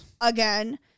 Again